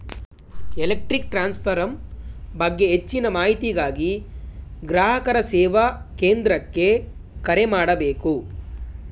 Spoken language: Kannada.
ಎಲೆಕ್ಟ್ರಿಕ್ ಟ್ರಾನ್ಸ್ಫರ್ ಬಗ್ಗೆ ಹೆಚ್ಚಿನ ಮಾಹಿತಿಗಾಗಿ ಗ್ರಾಹಕರ ಸೇವಾ ಕೇಂದ್ರಕ್ಕೆ ಕರೆ ಮಾಡಬೇಕು